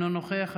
אינו נוכח,